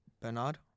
Bernard